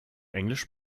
englisch